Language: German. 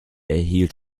erhielt